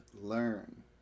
learn